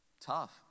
Tough